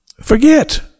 Forget